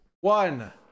one